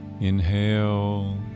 Inhale